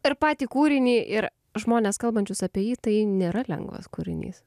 ir patį kūrinį ir žmones kalbančius apie jį tai nėra lengvas kūrinys